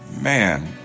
man